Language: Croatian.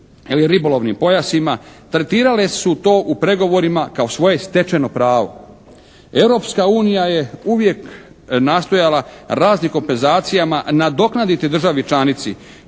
ili ribolovnim pojasima tretirale su to u pregovorima kao svoje stečeno pravo. Europska unija je uvijek nastojala raznim kompenzacijama nadoknaditi državi članici